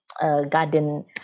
garden